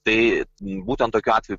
tai būtent tokiu atveju